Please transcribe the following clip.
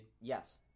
Yes